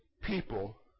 people